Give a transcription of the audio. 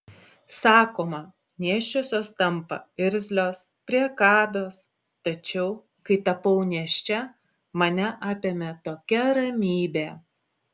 sakoma nėščiosios tampa irzlios priekabios tačiau kai tapau nėščia mane apėmė tokia ramybė